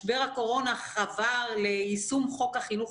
משבר הקורונה חבר ליישום חוק החינוך